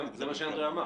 זה מה שאמר אנדרי.